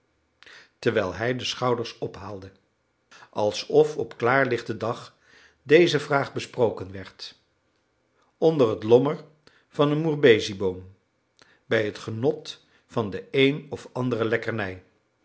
terwijl hij de schouders ophaalde alsof op klaarlichten dag deze vraag besproken werd onder het lommer van een moerbezieboom bij het genot van de een of andere lekkernij